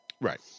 Right